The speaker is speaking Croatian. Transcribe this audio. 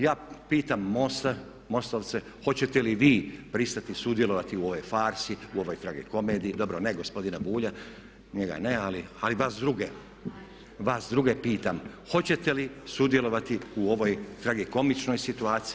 Ja pitam MOST-ovce hoćete li vi pristati sudjelovati u ovoj farsi, u ovoj tragikomediji, dobro ne gospodina Bulja, njega ne ali vas druge pitam, hoćete li sudjelovati u ovoj tragikomičnoj situaciji?